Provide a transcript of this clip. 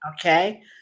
okay